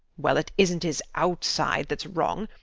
well it isnt his outside thats wrong,